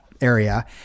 area